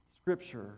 Scripture